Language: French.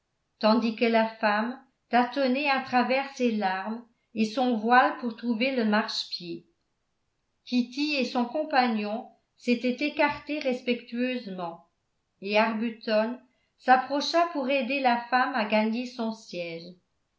tandis que la femme tâtonnait à travers ses larmes et son voile pour trouver le marchepied kitty et son compagnon s'étaient écartés respectueusement et arbuton s'approcha pour aider la femme à gagner son siège